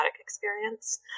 experience